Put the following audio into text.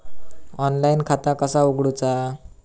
Online खाता कसा उगडूचा?